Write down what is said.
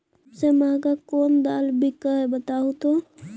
सबसे महंगा कोन दाल बिक है बताहु तो?